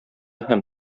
һәм